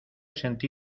sentí